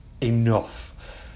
enough